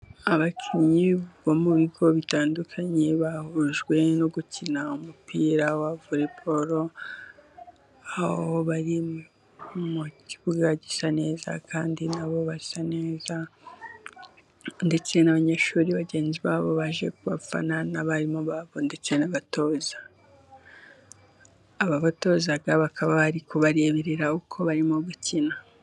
Abakinnyi bo mu bigo bitandukanye bahujwe no gukina umupira wa vore, aho bari mu kibuga gisa neza kandi na bo basa neza, ndetse n'abanyeshuri bagenzi ba bo baje kubafana n'abarimu babo ndetse n'abatoza, ababtoza bakaba bari kubareberera uko barimo gukina.